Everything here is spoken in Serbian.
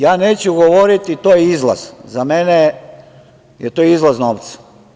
Ja neću govoriti to je izlaz, za mene je to izvoz novca.